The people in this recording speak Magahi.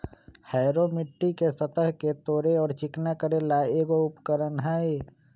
हैरो मिट्टी के सतह के तोड़े और चिकना करे ला एक उपकरण हई